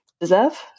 deserve